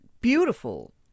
beautiful